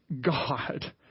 God